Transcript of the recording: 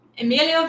Emilio